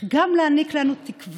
הוא גם מעניק לנו תקווה